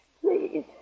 please